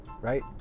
right